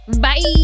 Bye